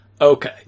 okay